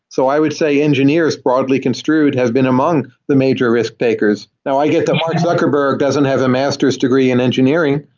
so i would say engineers broadly construed have been among the major risk takers. now, i get that mark zuckerberg doesn't have a master s degree in engineering,